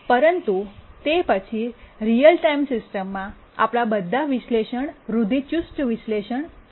પરંતુ તે પછી રીઅલ ટાઇમ સિસ્ટમમાં આપણા બધા વિશ્લેષણ રૂઢિચુસ્ત વિશ્લેષણ છે